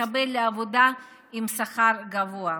יש פחות סיכויים להתקבל לעבודה עם שכר גבוה,